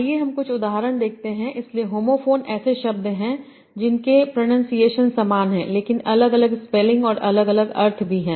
आइए हम कुछ उदाहरण देखते हैं इसलिए होमो फ़ोन ऐसे शब्द हैं जिनके प्रनंसीएशन समान हैं लेकिन अलग अलग स्पेलिंग और अलग अलग अर्थ भी हैं